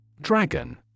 Dragon